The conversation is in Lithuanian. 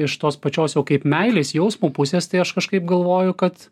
iš tos pačios jau kaip meilės jausmo pusės tai aš kažkaip galvoju kad